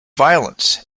violence